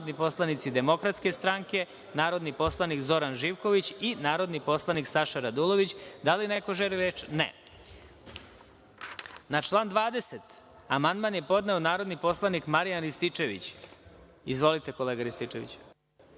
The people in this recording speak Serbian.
narodni poslanici DS, narodni poslanik Zoran Živković i narodni poslanik Saša Radulović. Da li neko želi reč? (Ne)Na član 20. amandman je podneo narodni poslanik Marijan Rističević. Izvolite kolega Rističeviću.